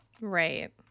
right